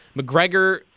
McGregor